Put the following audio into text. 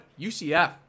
UCF